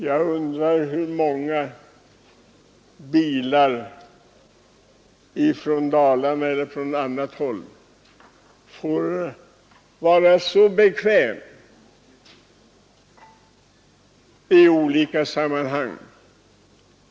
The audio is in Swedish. Jag undrar hur många bilister från Dalarna och från andra håll som får vara så bekväma.